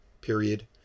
period